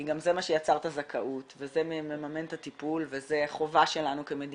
כי גם זה מה שיצר את הזכאות וזה מממן את הטיפול וזה חובה שלנו כמדינה.